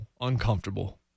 uncomfortable